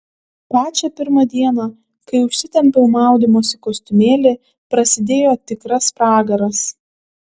pačią pirmą dieną kai užsitempiau maudymosi kostiumėlį prasidėjo tikras pragaras